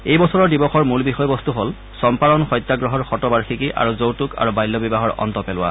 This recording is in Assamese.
এই বছৰৰ দিৱসৰ মূল বিষয়বস্তু হ'ল চম্পাৰন সত্যাগ্ৰহৰ শতবাৰ্ষিকী আৰু যৌতুক আৰু বাল্য বিবাহৰ অন্ত পেলোৱা